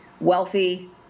wealthy